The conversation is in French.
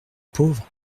pauvre